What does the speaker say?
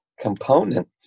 component